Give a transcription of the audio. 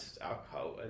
alcohol